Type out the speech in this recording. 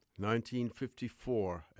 1954